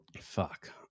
Fuck